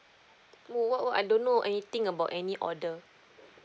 w~ wh~ wh~ I don't know anything about any order